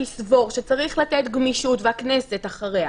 והכנסת אחריה,